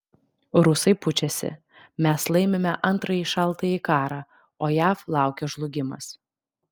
rusai pučiasi mes laimime antrąjį šaltąjį karą o jav laukia žlugimas